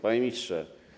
Panie Ministrze!